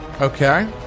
Okay